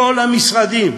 כל המשרדים.